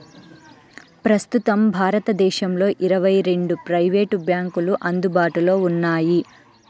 ప్రస్తుతం భారతదేశంలో ఇరవై రెండు ప్రైవేట్ బ్యాంకులు అందుబాటులో ఉన్నాయి